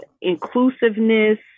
inclusiveness